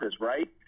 Right